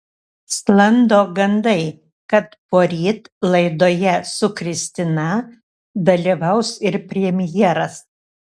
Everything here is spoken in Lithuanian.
sklando gandai kad poryt laidoje su kristina dalyvaus ir premjeras